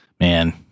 man